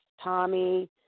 Tommy